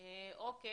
אוקי,